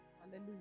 Hallelujah